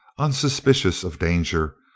unsuspicious of danger,